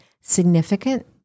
significant